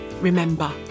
remember